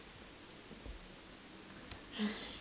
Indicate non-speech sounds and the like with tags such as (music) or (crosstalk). (noise)